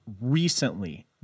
recently